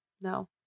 no